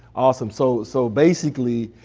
awesome, so so basically,